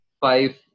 five